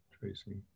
Tracy